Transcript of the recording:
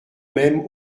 même